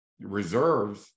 reserves